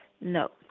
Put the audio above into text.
No